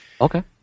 Okay